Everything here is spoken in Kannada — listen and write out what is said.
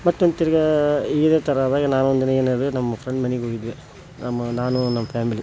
ಮತ್ತೇನು ತಿರ್ಗಿ ಇದೇ ಥರ ಆದಾಗ ನಾನೊಂದು ದಿನ ಏನದು ನಮ್ಮ ಫ್ರೆಂಡ್ ಮನೆಗೆ ಹೋಗಿದ್ವಿ ನಮ್ಮ ನಾನು ನಮ್ಮ ಫ್ಯಾಮಿಲಿ